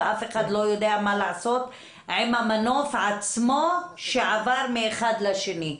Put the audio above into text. ואף אחד לא יודע מה לעשות עם המנוף עצמו שעבר מאחד לשני.